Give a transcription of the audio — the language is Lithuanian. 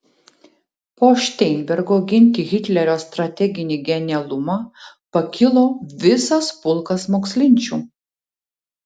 po šteinbergo ginti hitlerio strateginį genialumą pakilo visas pulkas mokslinčių